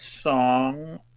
song